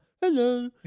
hello